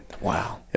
Wow